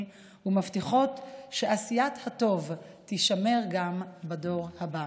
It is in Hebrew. ומבטיחות שעשיית הטוב תישמר גם בדור הבא.